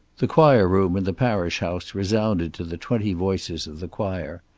the choir room in the parish house resounded to the twenty voices of the choir.